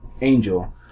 Angel